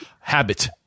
habit